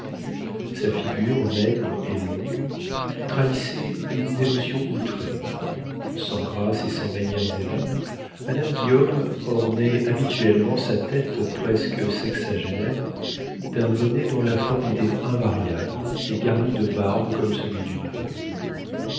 sa figure maigre et longue trahissait une dévotion outrée sans grâces et sans manières aimables madame guillaume ornait habituellement sa tête presque sexagénaire d'un bonnet dont la forme était invariable et garni de barbes comme celui d'une veuve